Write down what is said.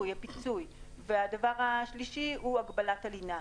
הפיצוי, והדבר השלישי הוא הגבלת הלינה.